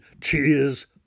cheers